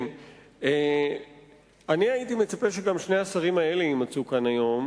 אני הייתי מצפה שגם שני השרים האלה יימצאו כאן היום,